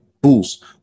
boost